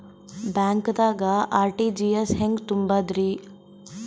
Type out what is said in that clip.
ಬ್ಯಾಂಕ್ದಾಗ ಆರ್.ಟಿ.ಜಿ.ಎಸ್ ಹೆಂಗ್ ತುಂಬಧ್ರಿ?